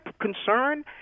concern